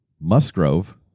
Musgrove